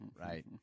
right